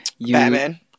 Batman